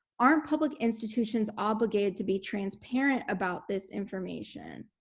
aren't public institutions obligated to be transparent about this information?